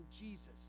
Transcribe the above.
Jesus